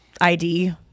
ID